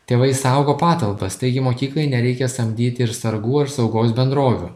tėvai saugo patalpas taigi mokyklai nereikia samdyti ir sargų ar saugos bendrovių